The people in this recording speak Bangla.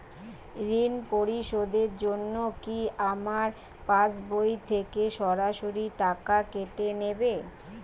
ঋণ পরিশোধের জন্য কি আমার পাশবই থেকে সরাসরি টাকা কেটে নেবে?